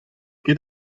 ket